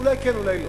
אולי כן, אולי לא.